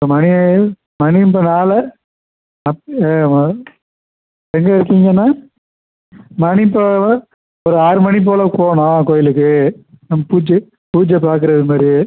இப்போ மணி மணி இப்போ நாலு ஆமாம் எங்கே இருக்கீங்கண்ணா மணி இப்போது ஒரு ஒரு ஆறு மணி போல் போகணும் கோயிலுக்கு நம்ம பூஜை பூஜை பார்க்குறது மாரி